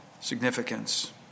significance